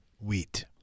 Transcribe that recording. Wheat